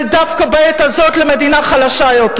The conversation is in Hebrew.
דווקא בעת הזאת למדינה חלשה יותר.